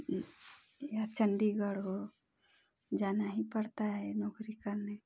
या चंडीगढ़ हो जाना ही पड़ता है नौकरी करने